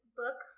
book